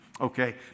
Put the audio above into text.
Okay